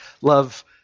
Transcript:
love